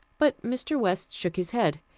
but mr. west shook his head.